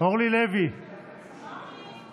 אורלי לוי, בעד.